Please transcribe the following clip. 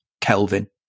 Kelvin